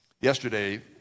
Yesterday